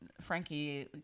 frankie